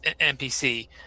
NPC